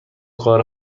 کار